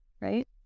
Right